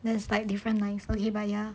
it's like different lines okay but ya